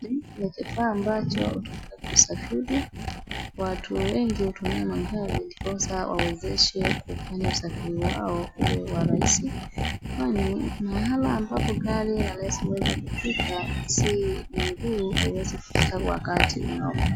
Hili ni kifaa ambacho ni cha kusafiri. Watu wengi hutumia magari ndiposa wawezeshe kufanya usafri wao uwe wa rahisi kwani mahala ambapo gari haliwezi kufika si miguu haiwezi kufika kwa wakati unaofaa.